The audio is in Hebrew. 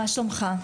מה שלומך?